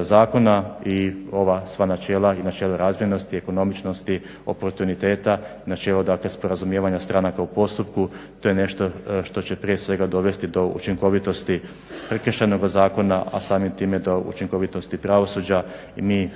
zakona. I ova sva načela i načelo razmjernosti, ekonomičnosti, oportuniteta, načelo dakle sporazumijevanja stranaka u postupku to je nešto što će prije svega dovesti do učinkovitosti Prekršajnoga zakona, a samim time i do učinkovitosti pravosuđa. I mi